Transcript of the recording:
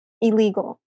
illegal